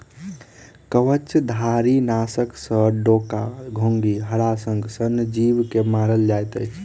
कवचधारीनाशक सॅ डोका, घोंघी, हराशंख सन जीव के मारल जाइत अछि